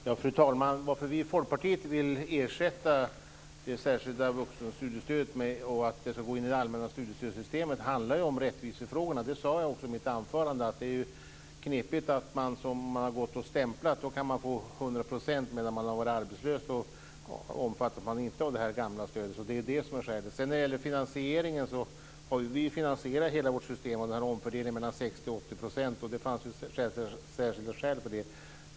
Fru talman! Anledningen till att vi i Folkpartiet vill att det särskilda vuxenstudiestödet ska gå in i det allmänna studiestödssystemet är ju rättvisefrågorna. Det sade jag också i mitt anförande. Det är knepigt att man om man har gått och stämplat kan få 100 %, men om man har varit arbetslös omfattas man inte av det gamla stödet. Det är skälet. Vi har finansierat hela vårt system. Det är en omfördelning mellan 60 % och 80 %. Det fanns särskilda skäl för det.